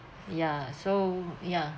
ya so ya